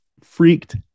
freaked